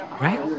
right